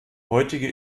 heutige